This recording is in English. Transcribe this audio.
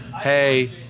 hey